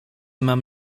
mam